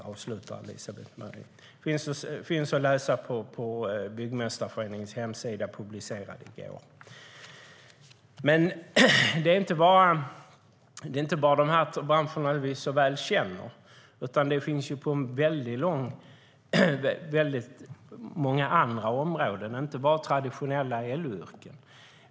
Detta publicerades på Stockholms Byggmästareförenings hemsida i går. Det är inte bara de här branscherna som vi så väl känner som drabbas, utan detta händer på många andra områden också och inte bara inom traditionella LO-yrken.